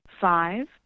five